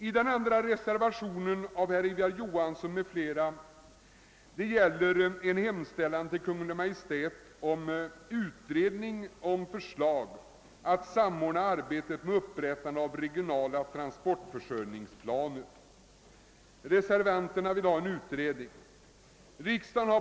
I den andra reservationen — av herr Ivar Johansson m.fl. — påyrkas en hemställan hos Kungl. Maj:t om utredning och förslag i syfte att samordna arbetet med upprättande av regionala transportförsörjningsplaner. Reservanterna vill ha en utredning.